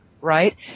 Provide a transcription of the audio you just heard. right